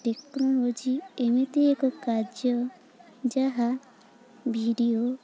technology ଏମିତି ଏକ କାର୍ଯ୍ୟ ଯାହା ଭିଡ଼ିଓ